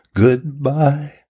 goodbye